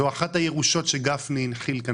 זאת אחת הירושות שגפני הנחיל כאן